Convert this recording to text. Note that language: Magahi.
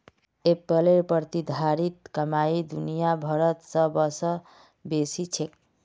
एप्पलेर प्रतिधारित कमाई दुनिया भरत सबस बेसी छेक